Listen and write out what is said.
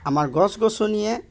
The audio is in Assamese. আমাৰ গছ গছনিয়ে